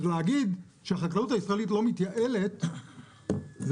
אז להגיד שהחקלאות הישראלית לא מתייעלת זה